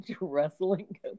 wrestling